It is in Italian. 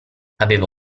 aveva